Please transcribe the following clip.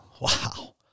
wow